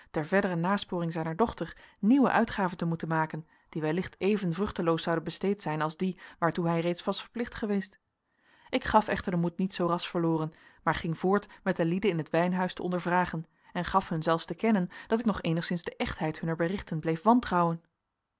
ter verdere nasporing zijner dochter nieuwe uitgaven te moeten maken die wellicht even vruchteloos zouden besteed zijn als die waartoe hij reeds was verplicht geweest ik gaf echter den moed niet zoo ras verloren maar ging voort met de lieden in het wijnhuis te ondervragen en gaf hun zelfs te kennen dat ik nog eenigszins de echtheid hunner berichten bleef wantrouwen